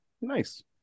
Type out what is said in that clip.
Nice